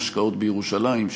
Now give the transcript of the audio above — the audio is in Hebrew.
את ההשקעות בירושלים,